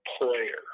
player